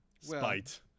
Spite